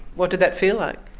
what did that feel like?